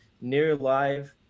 near-live